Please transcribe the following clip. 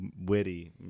witty